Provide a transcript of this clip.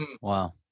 Wow